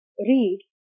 read